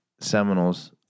Seminoles